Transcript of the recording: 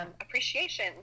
appreciation